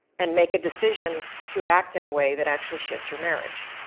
and make a decision to act in a way that actually shifts your marriage.